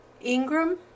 Ingram